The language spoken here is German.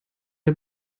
der